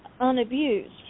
unabused